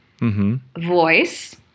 voice